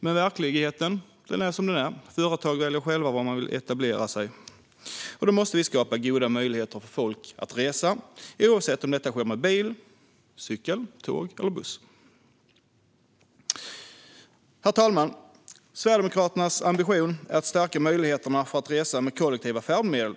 Men verkligheten är som den är, och företag själva väljer var de vill etablera sig. Då måste vi skapa goda möjligheter för folk att resa, oavsett om detta sker med bil, cykel, tåg eller buss. Herr talman! Sverigedemokraternas ambition är att stärka möjligheterna att resa med kollektiva färdmedel.